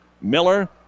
Miller